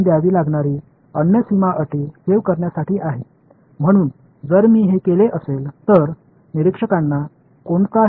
எனவே நான் இந்த தந்திரத்தை செய்திருந்தால் பார்வையாளருக்கு ஏதேனும் வித்தியாசம் தெரியும்